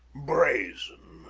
brazen.